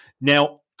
Now